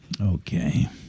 Okay